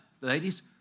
ladies